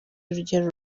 urugero